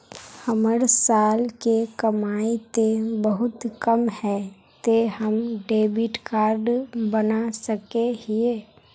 हमर साल के कमाई ते बहुत कम है ते हम डेबिट कार्ड बना सके हिये?